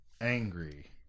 angry